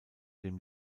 dem